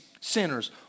sinners